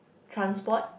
transport